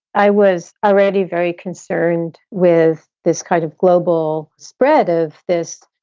i was already very concerned with this kind of global spread of this.